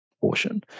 portion